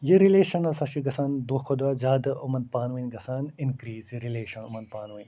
یہِ رِلیشَن ہَسا چھ گَژھان دۄہ کھۄتہٕ دۄہ زیادٕ یِمَن پانہٕ وٲنۍ گَژھان اِنکرٛیٖز رِلیشَن یمن پانہٕ وٲنۍ